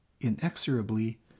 inexorably